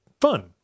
fun